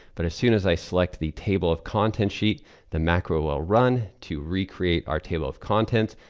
but as soon as i select the table of contents sheet the macro will run to recreate our table of contents.